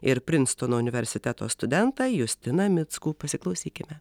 ir prinstono universiteto studentą justina mickų pasiklausykime